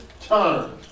turn